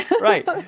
Right